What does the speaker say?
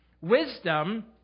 Wisdom